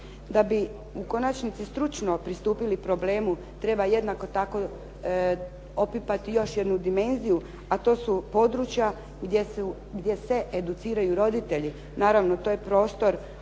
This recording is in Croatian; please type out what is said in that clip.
Da bi u konačnici stručno pristupili problemu treba jednako tako opipati još jednu dimenziju, a to su područja gdje se educiraju roditelji. Naravno to je prostor